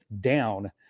down